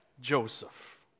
Joseph